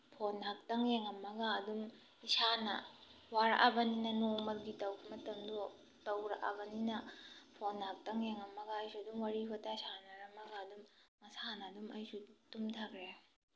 phone ꯉꯥꯏꯍꯥꯛꯇꯪ ꯌꯦꯡꯉꯝꯃꯒ ꯑꯗꯨꯝ ꯏꯁꯥꯅ ꯋꯥꯔꯛꯑꯕꯅꯤꯅ ꯅꯣꯡꯃꯒꯤ ꯇꯧꯕ ꯃꯇꯝꯗꯣ ꯇꯧꯔꯛꯑꯕꯅꯤꯅ ꯐꯣꯟ ꯉꯥꯏꯍꯥꯛꯇꯪ ꯌꯦꯡꯉꯝꯃꯒ ꯑꯩꯁꯨ ꯑꯨꯗꯝ ꯋꯥꯔꯤ ꯋꯇꯥꯏ ꯁꯥꯟꯅꯔꯝꯃꯒ ꯑꯗꯨꯝ ꯃꯁꯥꯅ ꯑꯗꯨꯝ ꯑꯩꯁꯨ ꯇꯨꯝꯊꯈ꯭ꯔꯦ